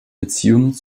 beziehung